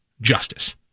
justice